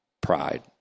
pride